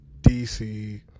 DC